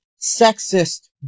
sexist